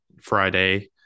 Friday